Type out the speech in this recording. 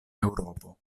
eŭropo